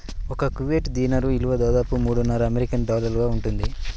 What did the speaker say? ఒక Kuwait dinar విలువ దాదాపు మూడున్నర అమెరికన్ డాలర్లు ఉంటుంది